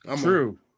True